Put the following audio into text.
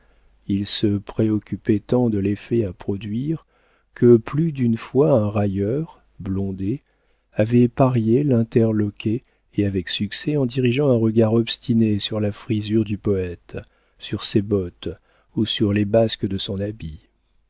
il se préoccupait tant de l'effet à produire que plus d'une fois un railleur blondet avait parié l'interloquer et avec succès en dirigeant un regard obstiné sur la frisure du poëte sur ses bottes ou sur les basques de son habit